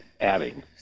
adding